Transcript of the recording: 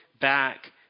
back